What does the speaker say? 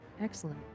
Excellent